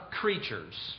creatures